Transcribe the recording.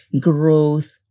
growth